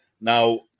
Now